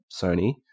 Sony